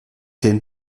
den